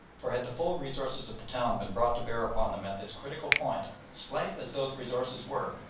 for had the full resources of the town been brought to bear upon them at this critical point, slight as those resources were,